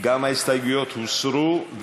ההסתייגויות הוסרו.